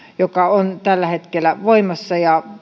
joka on tällä hetkellä voimassa